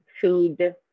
food